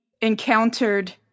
encountered